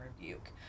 rebuke